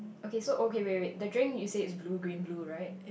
okay so okay wait wait the drink you say is blue green blue right